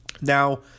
Now